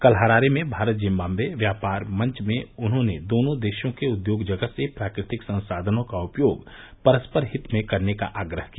कल हरारे में भारत जिम्बाबे व्यापार मंच में उन्होंने दोनों देशों के उद्योग जगत से प्राकृतिक संसाधनों का उपयोग परस्पर हित में करने का आग्रह किया